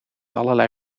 allerlei